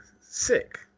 Sick